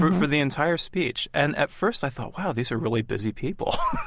for the entire speech. and at first, i thought, wow, these are really busy people.